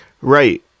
Right